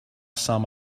sum